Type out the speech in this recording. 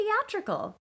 theatrical